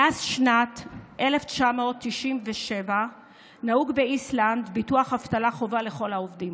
מאז שנת 1997 נהוג באיסלנד ביטוח אבטלה חובה לכל העובדים.